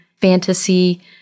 fantasy